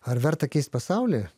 ar verta keist pasaulį